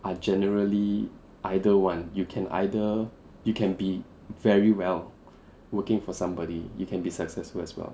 are generally either one you can either you can be very well working for somebody you can be successful as well